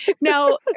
now